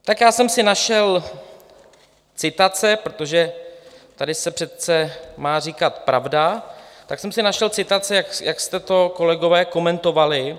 Tak já jsem si našel citace, protože tady se přece má říkat pravda, tak jsem si našel citace, jak jste to, kolegové, komentovali.